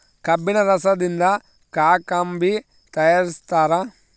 ಕಬ್ಬಿಣ ರಸದಿಂದ ಕಾಕಂಬಿ ತಯಾರಿಸ್ತಾರ